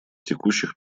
текущих